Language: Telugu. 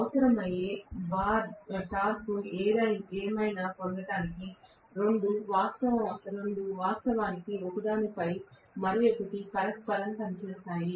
అవసరమయ్యే టార్క్ ఏమైనా పొందడానికి రెండు వాస్తవానికి ఒకదానిపై మరి యొక్కటి పరస్పరం పనిచేస్తాయి